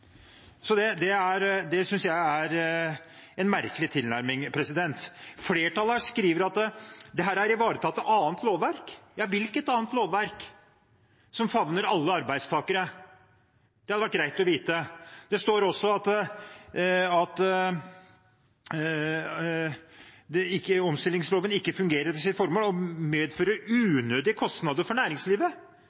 annet lovverk». Hvilket annet lovverk som favner alle arbeidstakere? Det hadde vært greit å vite. Det står også at omstillingsloven ikke fungerer etter sitt formål og medfører «unødige kostnader for næringslivet». Hvilke unødige kostnader for næringslivet